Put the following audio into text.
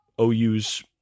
OU's